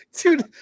Dude